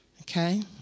Okay